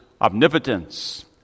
omnipotence